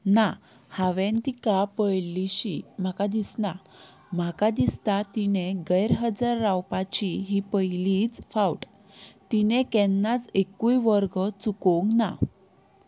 ना हांवें तिका पळयल्लीशी म्हाका दिसना म्हाका दिसता तिणें गैर हजर रावपाची ही पयलीच फावट तिणें केन्नाच एकूय वर्ग चुकोवंक ना